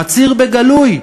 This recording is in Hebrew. מצהיר בגלוי,